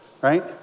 right